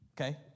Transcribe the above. okay